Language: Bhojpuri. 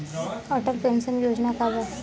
अटल पेंशन योजना का बा?